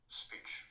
speech